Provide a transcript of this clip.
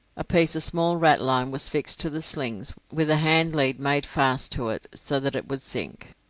a piece of small ratline was fixed to the slings, with the handlead made fast to it so that it would sink.